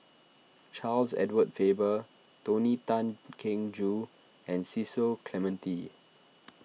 Charles Edward Faber Tony Tan Keng Joo and Cecil Clementi